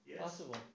Possible